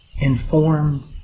informed